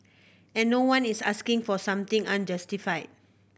and no one is asking for something unjustified